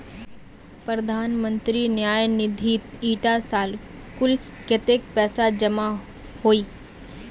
प्रधानमंत्री न्यास निधित इटा साल कुल कत्तेक पैसा जमा होइए?